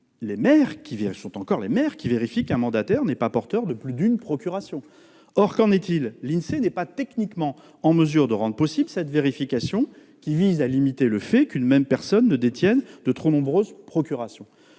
les maires qui vérifient qu'un mandataire n'est pas porteur de plus d'une procuration. Or qu'en est-il ? L'Insee n'est techniquement pas en mesure de permettre cette vérification, qui vise à limiter le fait qu'une même personne détienne des procurations